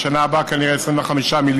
ובשנה הבאה כנראה 25 מיליון,